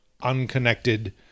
unconnected